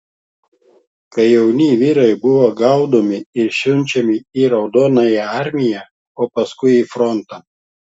kai jauni vyrai buvo gaudomi ir siunčiami į raudonąją armiją o paskui į frontą